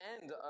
end